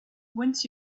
once